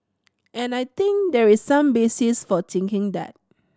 and I think there is some basis for thinking that